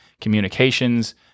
communications